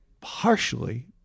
partially